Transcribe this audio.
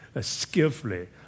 skillfully